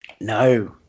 No